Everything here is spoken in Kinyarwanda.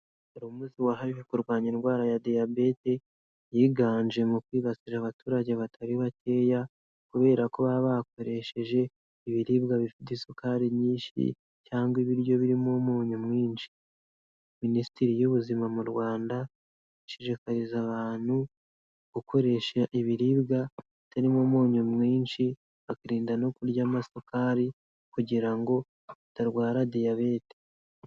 Hari umu waje kurwanya indwara ya diyabete yiganje mu kwibasira abaturage batari bakeya kubera ko baba bakoresheje ibiribwa bifite isukari nyinshi cyangwa ibiryo birimo umunyu mwinshi. Minisiteri y'ubuzima mu Rwanda ishishikariza abantu gukoresha ibiribwa bitarimo umunyu mwinshi akirinda no kurya amasukari kugira ngo atarwara diyabete.